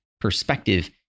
perspective